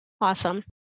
Awesome